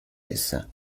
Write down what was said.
essa